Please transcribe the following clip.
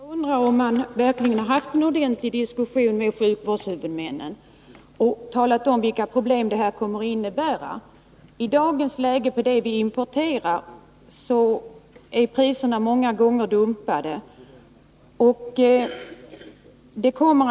Herr talman! Jag undrar om man verkligen har haft en ordentlig diskussion med sjukvårdshuvudmännen och talat om för dem vilka problem en nedläggning av tillverkningen skulle innebära. Priserna på de produkter som viidagens läge importerar är ofta dumpade.